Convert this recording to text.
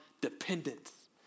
dependence